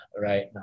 right